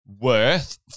worth